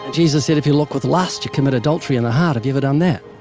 jesus said if you look with lust, you commit adultery in the heart. have you ever done that?